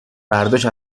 فرداش